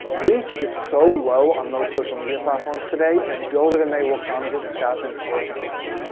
reach is so low on those social media platforms today that build it and they will come just doesn't work anymore.